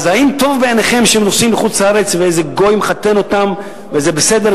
האם טוב בעיניכם שהם נוסעים לחוץ-לארץ ואיזה גוי מחתן אותם וזה בסדר,